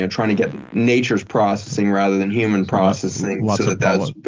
and trying to get nature's processing rather than human processing, so that's,